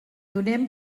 donem